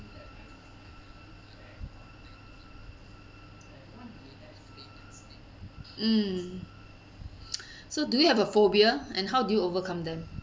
mm so do you have a phobia and how do you overcome them